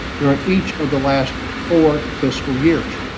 they're in each of the last four fiscal years.